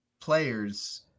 players